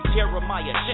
Jeremiah